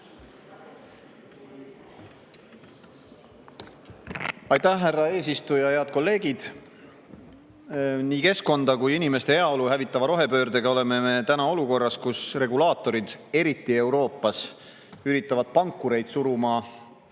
Aitäh, härra eesistuja! Head kolleegid! Nii keskkonda kui ka inimeste heaolu hävitava rohepöördega oleme me täna olukorras, kus regulaatorid, eriti Euroopas, üritavad pankureid suruda